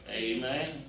Amen